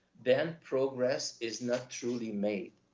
then progress is not truly made.